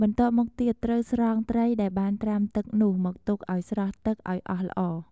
បន្ទាប់មកទៀត ត្រូវស្រង់ត្រីដែលបានត្រាំទឹកនោះមកទុកឱ្យស្រក់ទឹកឱ្យអស់ល្អ។